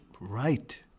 right